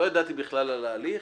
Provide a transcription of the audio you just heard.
לא ידעתי בכלל על ההליך,